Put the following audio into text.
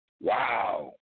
Wow